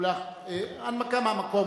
הנמקה מהמקום.